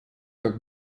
как